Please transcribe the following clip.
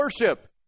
worship